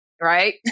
right